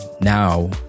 now